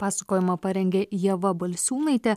pasakojimą parengė ieva balsiūnaitė